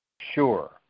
sure